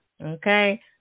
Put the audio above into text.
Okay